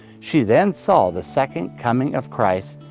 she then saw the second coming of christ,